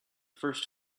first